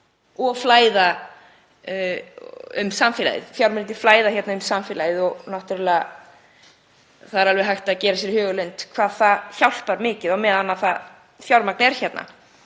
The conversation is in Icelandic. og flæða um samfélagið. Fjármunirnir flæða hér um samfélagið og það er alveg hægt að gera sér í hugarlund hvað það hjálpar mikið á meðan það fjármagn er hérna.